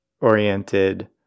oriented